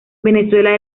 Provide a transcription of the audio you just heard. venezuela